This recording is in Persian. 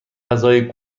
غذای